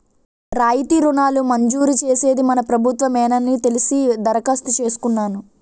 రాయితీ రుణాలు మంజూరు చేసేది మన ప్రభుత్వ మేనని తెలిసి దరఖాస్తు చేసుకున్నాను